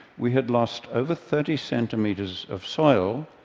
we had lost over thirty centimeters of soil.